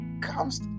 comes